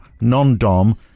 non-dom